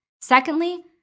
Secondly